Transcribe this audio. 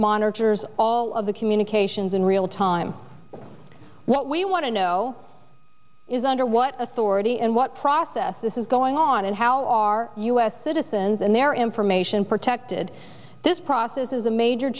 monitors all of the communications in real time what we want to know is under what authority and what process this is going on and how are u s citizens and their information protected this process is a major